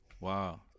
Wow